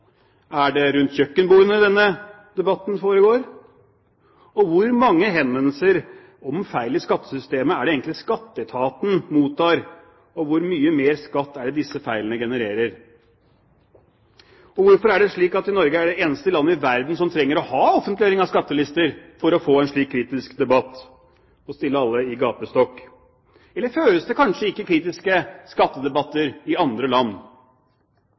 Er det rundt kjøkkenbordene? Og hvor mange henvendelser om feil i skattesystemet er det egentlig skatteetaten mottar – og hvor mye mer skatt er det disse feilene genererer? Hvorfor er det slik at Norge er det eneste landet i verden som trenger å ha offentliggjøring av skattelister for å få en slik kritisk debatt og stille alle i gapestokk? Eller føres det kanskje ikke kritiske skattedebatter i andre land?